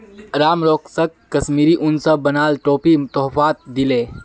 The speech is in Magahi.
राम राकेशक कश्मीरी उन स बनाल टोपी तोहफात दीले